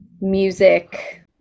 music